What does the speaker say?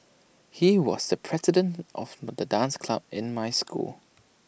he was the president of the dance club in my school